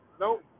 Nope